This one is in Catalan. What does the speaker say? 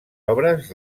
obres